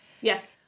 yes